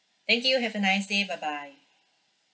thank you have a nice day bye bye